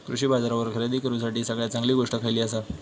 कृषी बाजारावर खरेदी करूसाठी सगळ्यात चांगली गोष्ट खैयली आसा?